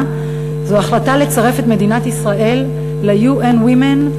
זו החלטה לצרף את מדינת ישראל ל-UN Women.